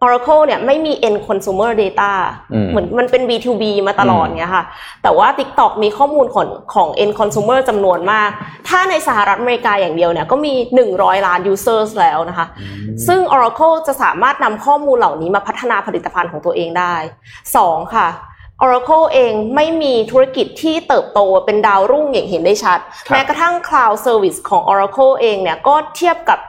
Oracle เนี่ยไม่มี end consumer dataอืมเหมือนมันเป็น B2B มาตลอดอืมเงี้ยค่ะ แต่ว่า TikTok มีข้อมูลของ- ของ end consumer จำนวนมาก ถ้าในสหรัฐอเมริกาอย่างเดียวเนี่ยก็มี 100 ล้าน users แล้วนะคะอืมซึ่ง Oracle จะสามารถนำข้อมูลเหล่านี้มาพัฒนาผลิตภัณฑ์ของตัวเองได้ สองค่ะ Oracle เองไม่มีธุรกิจที่เติบโตเป็นดาวรุ่งอย่างเห็นได้ชัดครับแม้กระทั่ง cloud service ของ Oracle เองเนี่ยก็เทียบกับ